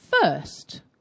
First